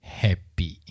happy